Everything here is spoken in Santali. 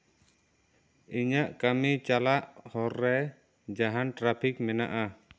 ᱤᱧᱟᱹᱜ ᱠᱟᱹᱢᱤ ᱪᱟᱞᱟᱜ ᱦᱚᱨ ᱨᱮ ᱡᱟᱦᱟᱱ ᱴᱨᱟᱯᱷᱤᱠ ᱢᱮᱱᱟᱜᱼᱟ